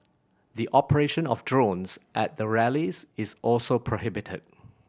the operation of drones at the rallies is also prohibited